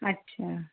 अच्छा